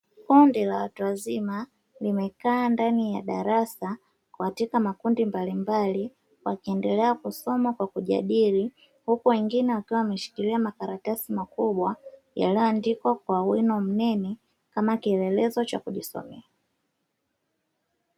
Kundi la watu wazima limekaa ndani ya darasa katika makundi mbalimbali, wakiendelea kusoma kwa kujadili huku wengine wakiwa wameshikilia makaratasi makubwa, yanayoandikwa kwa wino mnene kama kielelezo cha kujisomea.